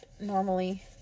normally